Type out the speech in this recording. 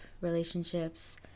relationships